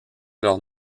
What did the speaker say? leur